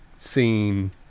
scene